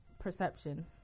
perception